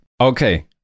Okay